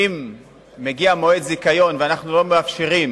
אם מגיע מועד זיכיון ואנחנו לא מאפשרים